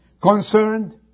concerned